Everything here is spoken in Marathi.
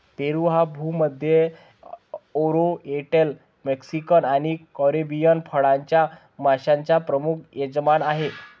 पेरू हा भूमध्य, ओरिएंटल, मेक्सिकन आणि कॅरिबियन फळांच्या माश्यांचा प्रमुख यजमान आहे